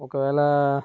ఒకవేళ